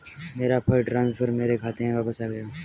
मेरा fund transfer मेरे खाते में वापस आ गया है